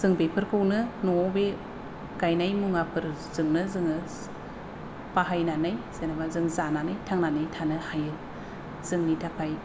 जों बेफोरखौनो न'आव बे गायनाय मुवाफोरजोंनो जोङो बाहायनानै जेनेबा जों जानानै थांनानै थानो हायो जोंनि थाखाय